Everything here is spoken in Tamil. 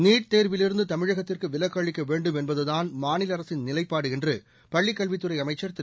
நீட் தேர்விலிருந்து தமிழகத்திற்கு விலக்கு அளிக்க வேண்டும் என்பதுதான் மாநில அரசின் நிலைப்பாடு என்று பள்ளிக் கல்வித்துறை அமைச்சா் திரு